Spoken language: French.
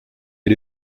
est